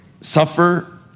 suffer